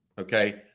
Okay